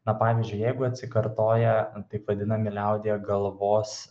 na pavyzdžiui jeigu atsikartoja taip vadinami liaudyje galvos